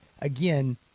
again